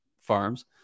farms